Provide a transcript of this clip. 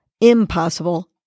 impossible